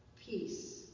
peace